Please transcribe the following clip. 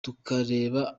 tukareba